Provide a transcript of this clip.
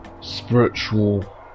spiritual